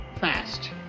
fast